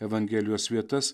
evangelijos vietas